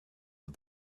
the